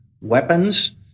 weapons